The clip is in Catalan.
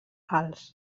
alts